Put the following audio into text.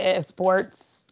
sports